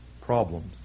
problems